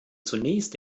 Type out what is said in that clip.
zunächst